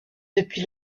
depuis